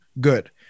good